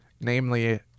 Namely